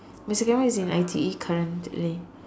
is in I_T_E currently